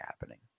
happening